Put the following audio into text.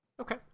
Okay